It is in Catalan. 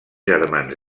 germans